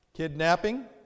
Kidnapping